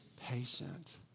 patient